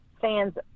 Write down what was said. fans